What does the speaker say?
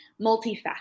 multifaceted